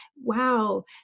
wow